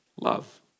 love